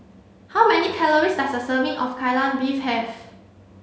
how many calories does a serving of Kai Lan Beef have